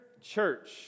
Church